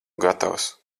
gatavs